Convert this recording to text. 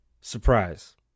Surprise